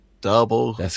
Double